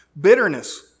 bitterness